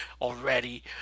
already